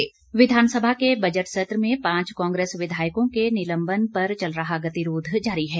walkout विधानसभा के budget सत्र में पांच कांग्रेस विधायकों के निलंबन पर चल रहा गतिरोध जारी है